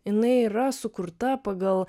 jinai yra sukurta pagal